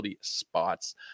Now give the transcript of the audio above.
spots